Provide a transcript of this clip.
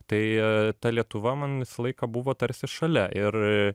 tai ta lietuva man visą laiką buvo tarsi šalia ir